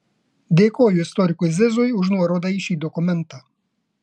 dėkoju istorikui zizui už nuorodą į šį dokumentą